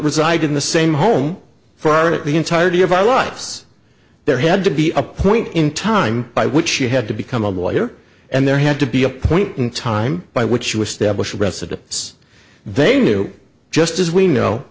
reside in the same home for our to the entirety of our lives there had to be a point in time by which you had to become a lawyer and there had to be a point in time by which you establish residence they knew just as we know